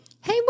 Hey